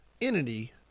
entity